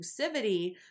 exclusivity